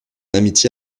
amitié